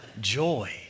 joy